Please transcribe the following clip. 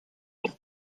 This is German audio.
auch